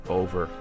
over